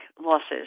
losses